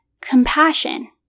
compassion